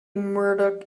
murdoc